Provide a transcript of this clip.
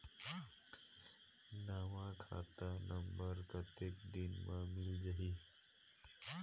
नवा खाता नंबर कतेक दिन मे मिल जाही?